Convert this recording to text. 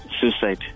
suicide